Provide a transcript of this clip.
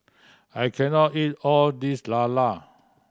I can not eat all this lala